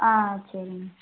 ஆ சரிங்க